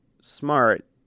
smart